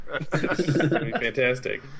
fantastic